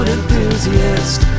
enthusiast